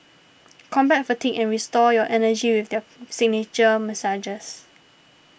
combat fatigue and restore your energy with their signature massages